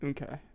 Okay